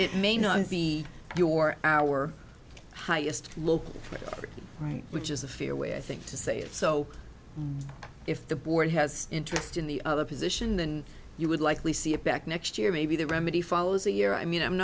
it may not be your our highest local right which is a fear with things to say it so if the board has interest in the other position than you would likely see it back next year maybe the remedy follows a year i mean i'm